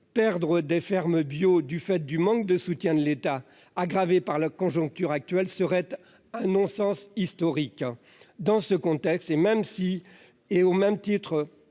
de fermes bio du fait d'un manque de soutien de l'État, aggravé par la conjoncture, constituerait un non-sens historique. Dans ce contexte, et au même titre